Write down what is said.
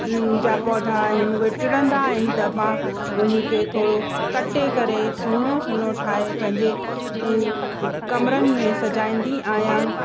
जा पौधा आहिनि उहे टिणंदा आहिनि त मां उन खे थोरो कटे करे सुहिणो सुहिणो ठाहे पंहिंजे ऐं कमरनि में सॼाईंदी आहियां